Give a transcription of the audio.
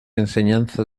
enseñanza